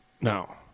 No